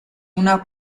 una